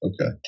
okay